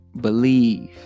believe